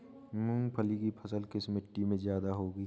मूंगफली की फसल किस मिट्टी में ज्यादा होगी?